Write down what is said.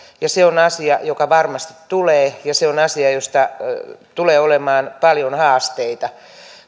ja se on asia joka varmasti tulee ja se on asia jossa tulee olemaan paljon haasteita